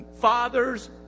fathers